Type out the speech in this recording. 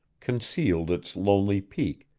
concealed its lonely peak,